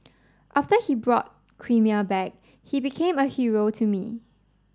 after he brought Crimea back he became a hero to me